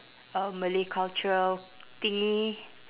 uh malay cultural thingy